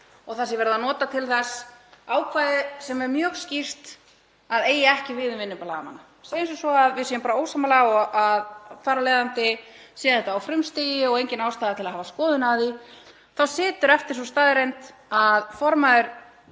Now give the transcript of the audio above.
og það sé verið að nota til þess ákvæði sem er mjög skýrt að eigi ekki við um vinnu blaðamanna. Segjum sem svo að við séum bara ósammála og þar af leiðandi sé þetta á frumstigi og engin ástæða til að hafa skoðun á því. Þá situr eftir sú staðreynd að formaður